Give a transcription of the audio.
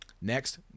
Next